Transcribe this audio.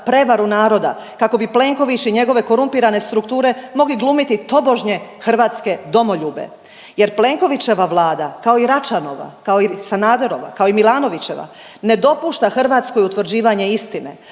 prevaru naroda, kako bi Plenković i njegove korumpirane strukture mogli glumiti tobožnje hrvatske domoljube. Jer Plenkovićeva Vlada kao i Račanova, kao i Sanaderova kao i Milanovićeva, ne dopušta Hrvatskoj utvrđivanje istine,